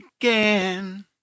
again